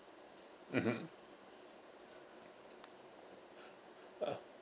mmhmm uh